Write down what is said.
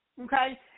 okay